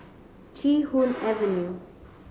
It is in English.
Chee Hoon Avenue